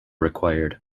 required